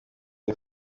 iyo